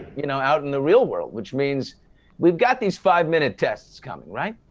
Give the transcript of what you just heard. you know, out in the real world, which means we've got these five minute tests coming, right?